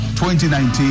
2019